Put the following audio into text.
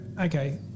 okay